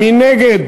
מי נגד?